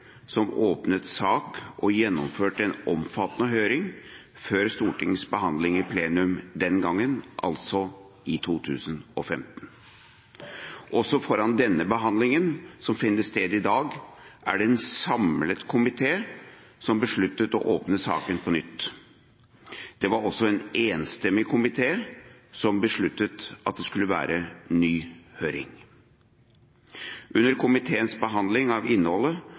som åpnet sak og gjennomførte en omfattende høring før Stortingets behandling i plenum den gangen, altså i 2015. Også foran den behandlingen som finner sted i dag, var det en samlet komité som besluttet å åpne saken på nytt. Det var også en enstemmig komité som besluttet at det skulle være ny høring. Under komiteens behandling av